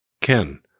Ken